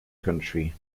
country